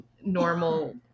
normal